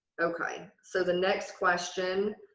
okay. so the next question,